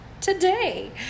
today